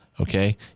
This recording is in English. okay